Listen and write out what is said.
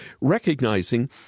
recognizing